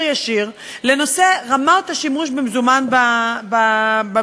ישיר לנושא רמת השימוש במזומן במשק.